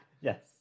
Yes